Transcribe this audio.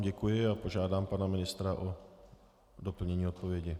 Děkuji vám a požádám pana ministra pro doplnění odpovědi.